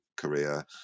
Korea